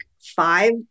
five